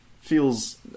feels